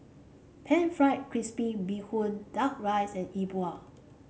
pan fried crispy Bee Hoon duck rice and E Bua